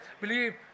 Believe